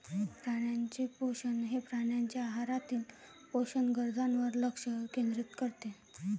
प्राण्यांचे पोषण हे प्राण्यांच्या आहारातील पोषक गरजांवर लक्ष केंद्रित करते